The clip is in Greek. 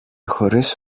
χωρίς